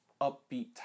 upbeat